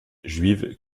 juive